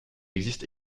existe